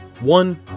One